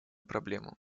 проблему